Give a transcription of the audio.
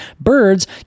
Birds